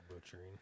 butchering